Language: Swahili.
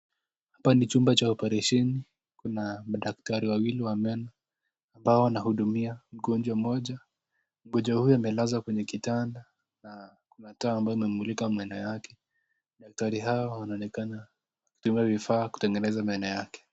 Hapa ni chumba cha oparesheni. Kuna madaktari wawili wa meno ambao wanahudumia mgonjwa mmoja. Mgonjwa huyo amelazwa kwenye kitanda na kuna taa ambayo imemulika meno yake. Daktari hawa wanaonekana kutumia vifaa kutengeneza meno yake.